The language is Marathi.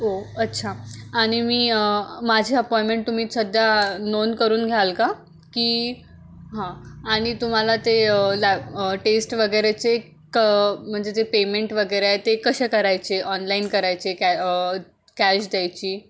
ओ अच्छा आणि मी माझी अपॉइंमेंट तुम्ही सध्या नोंद करून घ्याल का की हां आणि तुम्हाला ते लॅ टेस्ट वगैरेचे क म्हणजे जे पेमेंट वगैरे आहे ते कसे करायचे ऑनलाईन करायचे कॅ कॅश द्यायची